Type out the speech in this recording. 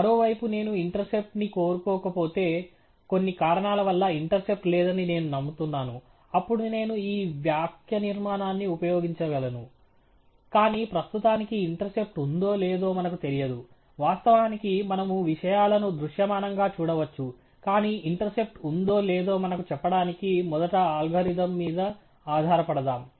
మరోవైపు నేను ఇంటర్సెప్ట్ ని కోరుకోకపోతే కొన్ని కారణాల వల్ల ఇంటర్సెప్ట్ లేదని నేను నమ్ముతున్నాను అప్పుడు నేను ఈ వాక్యనిర్మాణాన్ని ఉపయోగించగలను కానీ ప్రస్తుతానికి ఇంటర్సెప్ట్ ఉందో లేదో మనకు తెలియదు వాస్తవానికి మనము విషయాలను దృశ్యమానంగా చూడవచ్చు కానీ ఇంటర్సెప్ట్ ఉందో లేదో మనకు చెప్పడానికి మొదట అల్గోరిథం మీద ఆధారపడదాం